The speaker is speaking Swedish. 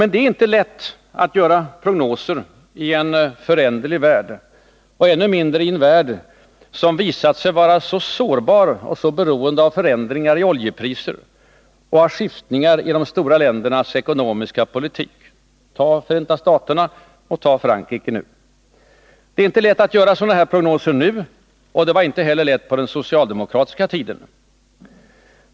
Det är inte lätt att göra prognoser i en föränderlig värld, och ännu mindre i en värld som visat sig vara så sårbar och så beroende av oljepriser och skiftningar i de stora ländernas ekonomiska politik — ta exempelvis Förenta staterna och nu Frankrike — som den faktiskt är. Det är inte lätt att göra sådana här prognoser nu, och det var inte heller lätt på den socialdemokratiska tiden.